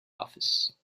office